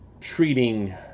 treating